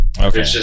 Okay